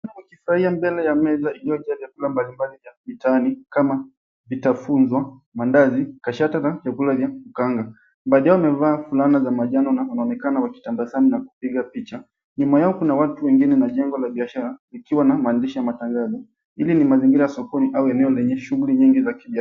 Wakifurahia mbele ya meza iliyojaa kula mbalimbali za mitaani kama vitafunwa, mandazi, kashata na chakula vya kukanga. Baadhi yao wamevaa fulana za manjano na wanaonekana wakitabasamu na kupiga picha. Nyuma yao kuna watu wengine na jengo la biashara likiwa na maandishi ya matangazo. Hili ni mazingira ya sokoni au eneo lenye shughuli nyingi za kibiashara.